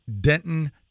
Denton